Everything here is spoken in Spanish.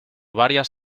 varias